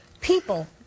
people